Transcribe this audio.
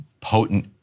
potent